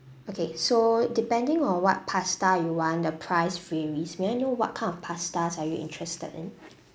okay so depending on what pasta you want the price varies may I know what kind of pastas are you interested in